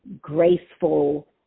graceful